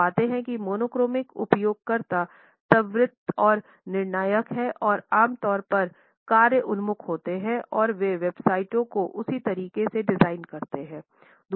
हम पते हैं कि मोनोक्रॉनिक उपयोगकर्ता त्वरित और निर्णायक हैं और आमतौर पर कार्य उन्मुख होते हैं और वे वेबसाइटों को उसी तरीके से डिजाइन करते हैं